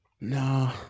Nah